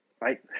Right